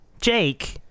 Jake